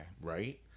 Right